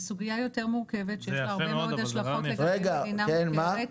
זו סוגיה יותר מורכבת שיש לה הרבה מאוד השלכות לכך שהיא מדינה מוכרת.